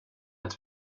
att